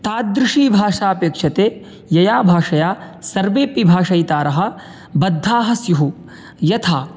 तादृशी भाषा अपेक्ष्यते यया भाषया सर्वेऽपि भाषयितारः बद्धाः स्युः यथा